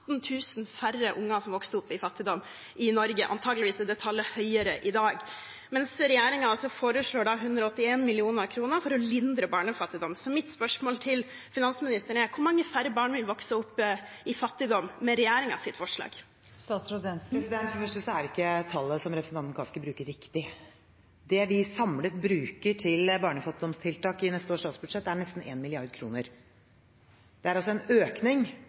færre barn som vokste opp i fattigdom i Norge, mens regjeringen foreslår 181 mill. kr for å lindre barnefattigdom. Så mitt spørsmål til finansministeren er: Hvor mange færre barn vil vokse opp i fattigdom med regjeringens forslag? For det første er ikke tallet som representanten Kaski bruker, riktig. Det vi samlet bruker til barnefattigdomstiltak i neste års statsbudsjett, er nesten 1 mrd. kr. Det er altså en økning